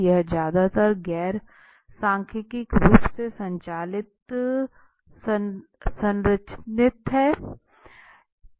यह ज्यादातर गैर सांख्यिकीय रूप से संचालित संरचित हैं